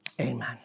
amen